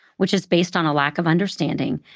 which is based on a lack of understanding,